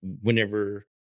whenever